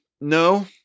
no